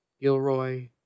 gilroy